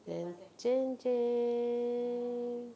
then jeng~ jeng~